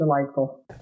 delightful